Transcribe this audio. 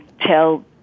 tell